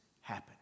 happen